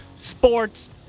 Sports